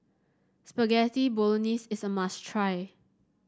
Spaghetti Bolognese is a must try